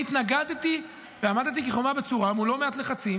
אני התנגדתי ועמדתי כחומה בצורה מול לא מעט לחצים